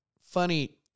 Funny